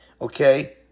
okay